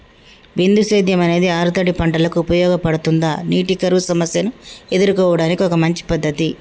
బిందు సేద్యం అనేది ఆరుతడి పంటలకు ఉపయోగపడుతుందా నీటి కరువు సమస్యను ఎదుర్కోవడానికి ఒక మంచి పద్ధతి?